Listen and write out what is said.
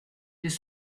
les